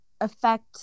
affect